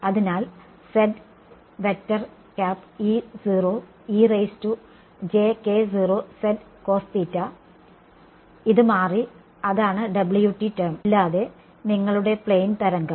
അതിനാൽ ഇത് മാറി അതാണ് ടേo ഇല്ലാതെ നിങ്ങളുടെ പ്ലെയിൻ തരംഗം